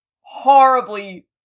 horribly